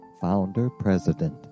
founder-president